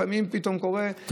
לפעמים פתאום קורה שהוא מאבד,